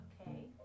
Okay